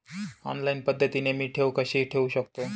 Online पद्धतीने मी ठेव कशी ठेवू शकतो?